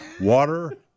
water